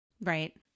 right